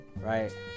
Right